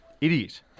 Idiot